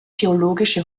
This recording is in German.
theologische